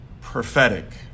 prophetic